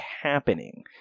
happening